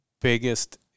biggest